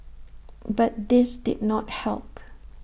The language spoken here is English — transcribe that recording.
but this did not help